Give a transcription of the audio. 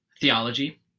theology